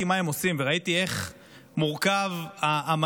מה הם עושים וראיתי איך מורכב המנגנון,